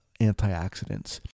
antioxidants